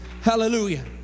Hallelujah